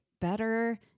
better